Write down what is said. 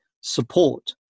support